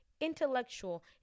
intellectual